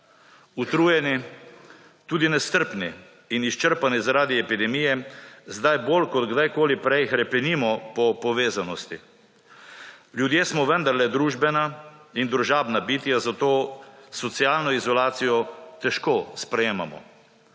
Utrujeni, tudi nestrpni in izčrpani zaradi epidemije sedaj bolj kot kdajkoli prej hrepenimo po povezanosti. Ljudje smo vendarle družbena in družabna bitja zato socialno izolacijo težko sprejemamo.